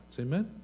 Amen